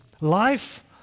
Life